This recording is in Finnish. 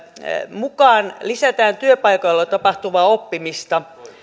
mukaan lisätään työpaikoilla tapahtuvaa oppimista